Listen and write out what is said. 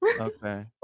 Okay